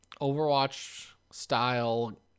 Overwatch-style